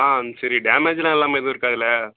சரி டேமேஜ்லாம் இல்லாமல் எதுவும் இருக்காதில்ல